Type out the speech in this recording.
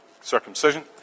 circumcision